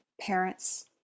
parents